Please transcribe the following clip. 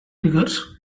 figures